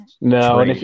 no